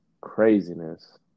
craziness